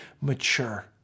mature